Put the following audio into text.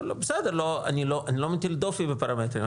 בסדר, אני לא מטיל דופי בפרמטרים.